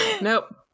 Nope